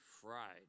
fried